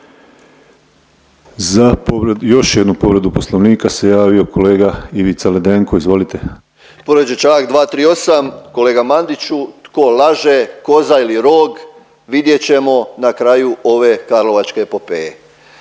još jednu povredu Poslovnika se javio kolega Ivica Ledenko, izvolite. **Ledenko, Ivica (MOST)** Povrijeđen je čl. 238., kolega Mandiću ko laže koza ili rog vidjet ćemo na kraju ove karlovačke epopeje